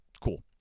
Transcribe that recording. Cool